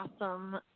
awesome